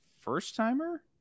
first-timer